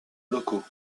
locaux